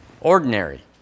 ordinary